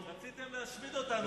רציתם להשמיד אותנו.